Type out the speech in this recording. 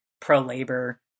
pro-labor